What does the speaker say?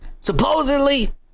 Supposedly